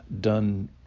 done